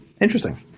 Interesting